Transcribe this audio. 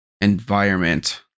environment